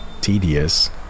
tedious